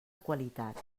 qualitat